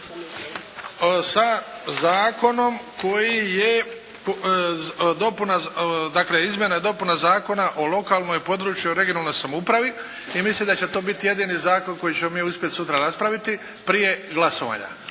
sa zakonom koji je, dakle izmjena i dopuna Zakona o lokalnoj i područnoj (regionalnoj) samoupravi. I mislim da će to biti jedini zakon koji ćemo mi sutra uspjeti raspraviti prije glasovanja.